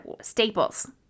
Staples